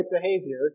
behavior